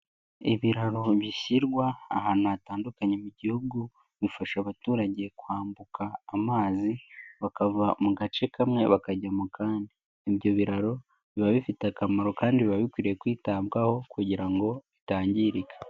Ibiraro bishyirwa ahantu hatandukanye mu gihugu, bifasha abaturage kwambuka amazi bakava mu gace kamwe, bakajya mu kandi. Ibyo biraro biba bifite akamaro kandi biba bikwiriye kwitabwaho kugira ngo bitangirika.